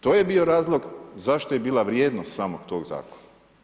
To je bio razlog, zašto je bila vrijednost samog tog zakona.